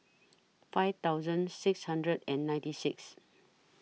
five thousand six hundred and ninety six